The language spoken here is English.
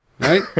right